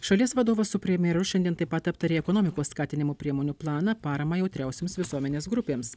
šalies vadovas su premjeru šiandien taip pat aptarė ekonomikos skatinimo priemonių planą paramą jautriausioms visuomenės grupėms